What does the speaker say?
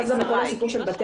לאור הנסיבות.